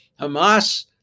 Hamas